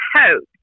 hope